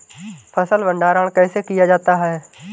फ़सल भंडारण कैसे किया जाता है?